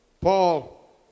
Paul